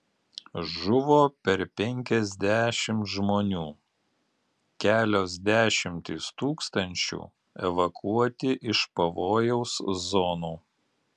žuvo per penkiasdešimt žmonių kelios dešimtys tūkstančių evakuoti iš pavojaus zonų